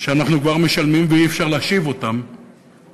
שאנחנו כבר משלמים ואי-אפשר להשיב אותם, זה